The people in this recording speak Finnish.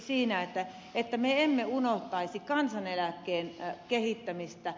toivon että emme unohtaisi kansaneläkkeen kehittämistä